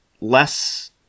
less